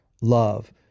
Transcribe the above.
love